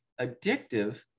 addictive